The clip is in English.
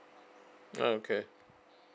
okay